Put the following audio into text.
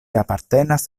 apartenas